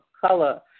color